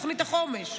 תוכנית החומש.